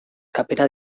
kapera